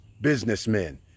businessmen